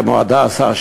כמו "הדסה",